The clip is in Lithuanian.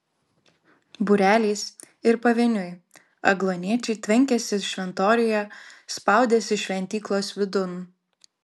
būreliais ir pavieniui agluoniečiai tvenkėsi šventoriuje spaudėsi šventyklos vidun